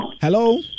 Hello